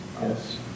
Yes